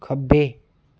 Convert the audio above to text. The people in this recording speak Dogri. खब्बे